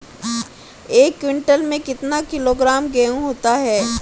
एक क्विंटल में कितना किलोग्राम गेहूँ होता है?